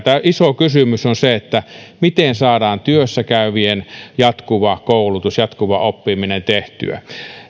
iso kysymys on miten saadaan työssäkäyvien jatkuva koulutus ja jatkuva oppiminen tehtyä